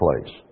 place